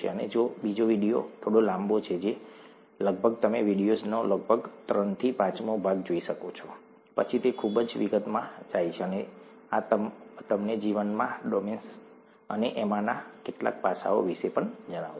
અને બીજો વિડિયો થોડો લાંબો છે લગભગ તમે તે વિડિયોનો લગભગ ત્રણ પાંચમો ભાગ જોઈ શકો છો પછી તે ખૂબ જ વિગતમાં જાય છે અને આ તમને જીવનના ડોમેન્સ અને આમાંના કેટલાક પાસાઓ વિશે પણ જણાવશે